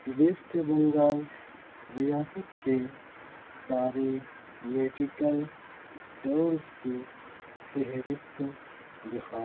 waste Bengal ریاست کے سارے میڈیکل اسٹورس کی فہرست دکھاؤ